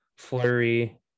Flurry